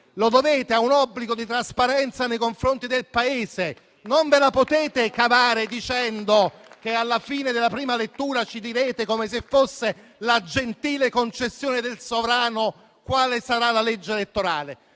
ma a un obbligo di trasparenza nei confronti del Paese. Non ve la potete cavare dicendo che alla fine della prima lettura ci direte, come se fosse la gentile concessione del sovrano, quale sarà la legge elettorale.